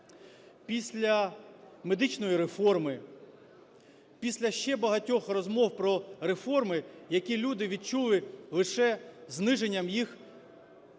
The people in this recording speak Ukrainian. після медичної реформи, після ще багатьох розмов про реформи, які люди відчули лише зниженням їх